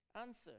Answer